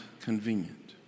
convenient